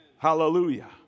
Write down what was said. Hallelujah